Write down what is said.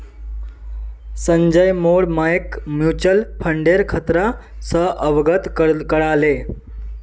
संजय मोर मइक म्यूचुअल फंडेर खतरा स अवगत करा ले